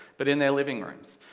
but in their living rooms.